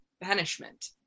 banishment